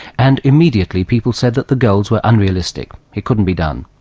and immediately people said that the goals were unrealistic, it couldn't be done.